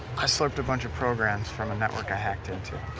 i slurped a bunch of programs from a network i hacked into.